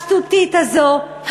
השטותית הזו,